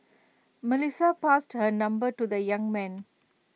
Melissa passed her number to the young man